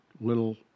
little